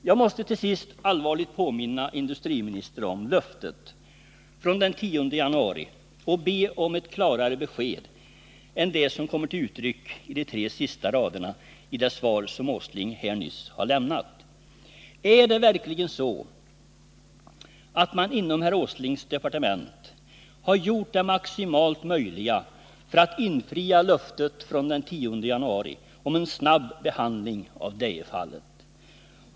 Till sist måste jag allvarligt påminna industriministern om löftet från den 10 januari och be om ett klarare besked än det som kommer till uttryck i de tre att förbättra sysselsättningsläget i Värmlands län att förbättra sysselsättningsläget i Värmlands län sista raderna i det svar som herr Åsling här nyss lämnade. Är det verkligen så att man inom herr Åslings departement har gjort det maximalt möjliga för att infria löftet från den 10 januari om en snabb behandling av Dejeärendet?